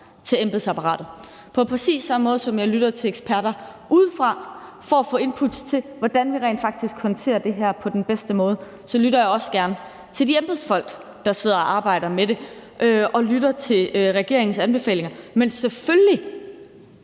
til embedsapparatet, på præcis samme måde, som jeg lytter til eksperter udefra. For at få input til, hvordan vi rent faktisk håndterer det her på den bedste måde, så lytter jeg også gerne til de embedsfolk, der sidder og arbejder med det, og lytter til regeringens anbefalinger. Men selvfølgelig